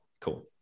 Cool